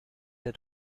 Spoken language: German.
der